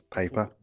paper